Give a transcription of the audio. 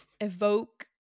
evoke